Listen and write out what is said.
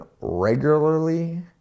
regularly